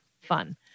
Fun